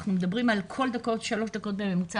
אנחנו מדברים על כך שכל שלוש דקות בממוצע